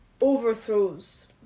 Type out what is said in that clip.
overthrows